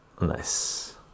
Nice